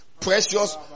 precious